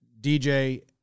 DJ